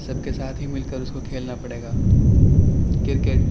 سب کے ساتھ ہی مل کر اس کو کھیلنا پڑے گا کرکٹ